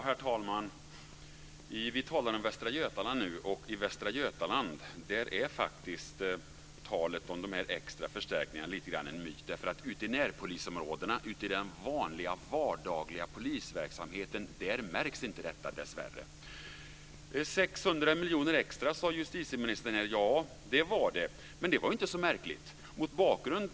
Herr talman! Vi talar om Västra Götaland nu, och i Västra Götaland är faktiskt talet om de extra förstärkningarna lite grann av en myt. Ute i närpolisområdena - ute i den vanliga, vardagliga polisverksamheten - märks nämligen dessvärre inte förstärkningarna. 600 miljoner kronor extra, sade justitieministern. Ja, det var det. Men det var inte så märkligt med tanke på bakgrunden.